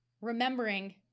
Remembering